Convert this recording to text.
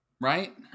Right